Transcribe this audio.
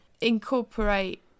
incorporate